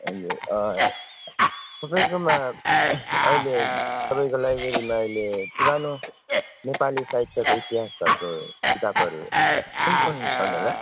हजुर तपाईँकोमा अहिले तपाईँको लाइब्रेरीमा अहिले पुरानो नेपाली साहित्यको इतिहासहरूको किताबहरू कुन कुन छन् होला